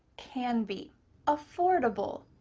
can be affordable,